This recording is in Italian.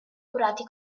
curati